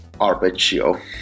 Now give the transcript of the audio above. arpeggio